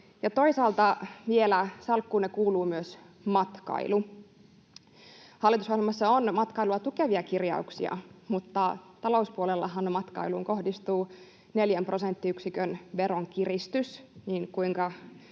toisaalta vielä salkkuunne kuuluu myös matkailu. Hallitusohjelmassa on matkailua tukevia kirjauksia, mutta talouspuolellahan matkailuun kohdistuu neljän prosenttiyksikön veronkiristys.